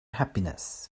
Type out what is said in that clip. happiness